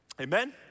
amen